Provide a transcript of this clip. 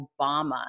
Obama